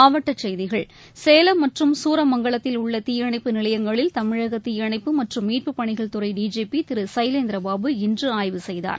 மாவட்டச் செய்திகள் சேலம் மற்றும் சூரமங்கலத்தில் உள்ளதீயணைப்பு நிலையங்களில் தமிழகதீயணைப்பு மற்றும் மீட்புப் பணிகள் துறைடிஜிபிதிருசைலேந்திரபாபு இன்றுஆய்வு செய்தார்